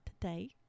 today